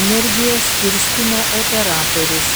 energijos skirstymo operatorius